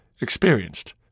experienced